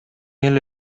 эле